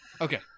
Okay